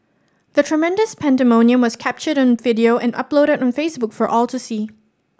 the tremendous pandemonium was captured on video and uploaded on Facebook for all to see